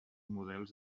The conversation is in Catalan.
models